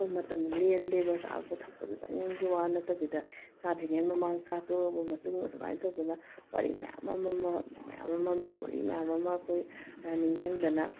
ꯑꯩꯈꯣꯏ ꯃꯇꯝ ꯂꯦꯜꯂꯦꯕ ꯆꯥꯕ ꯊꯛꯄꯗꯨꯗꯪꯒꯤ ꯋꯥ ꯅꯠꯇꯕꯤꯗ ꯆꯥꯗ꯭ꯔꯤꯉꯩ ꯃꯃꯥꯡ ꯆꯥ ꯇꯣꯛꯂꯕ ꯃꯇꯨꯡ ꯑꯗꯨꯃꯥꯏꯅ ꯇꯧꯗꯅ ꯋꯥꯔꯤ ꯃꯌꯥꯝ ꯑꯃꯃ ꯃꯌꯥꯝ ꯑꯃ ꯃꯦꯃꯣꯔꯤ ꯃꯌꯥꯝ ꯑꯃ ꯑꯩꯈꯣꯏ ꯅꯤꯡꯁꯤꯗꯅ